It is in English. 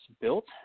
built